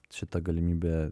šita galimybė